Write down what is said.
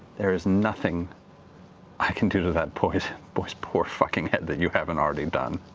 there is nothing i can do to that boy's boy's poor fucking head that you haven't already done.